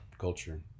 culture